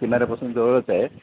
किनाऱ्यापासून जवळच आहे